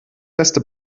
beste